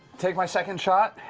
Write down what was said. take my second shot.